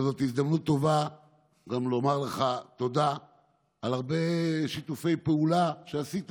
זאת הזדמנות טובה גם לומר לך תודה על הרבה שיתופי פעולה שעשית